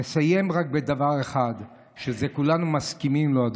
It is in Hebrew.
נסיים רק בדבר אחד שכולנו מסכימים עליו,